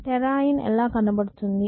టెర్రాయిన్ ఎలా కనబడుతుంది